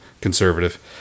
conservative